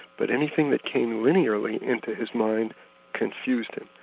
but anything that came linearly into his mind confused him.